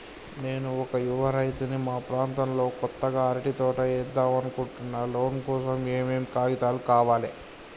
నేను ఒక యువ రైతుని మా ప్రాంతంలో కొత్తగా అరటి తోట ఏద్దం అనుకుంటున్నా లోన్ కోసం ఏం ఏం కాగితాలు కావాలే?